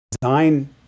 design